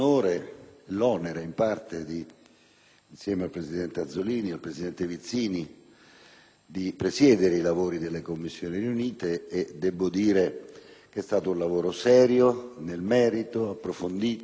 insieme ai presidenti Azzollini e Vizzini, di presiedere i lavori delle Commissioni riunite e debbo dire che è stato un lavoro serio nel merito, approfondito e con contributi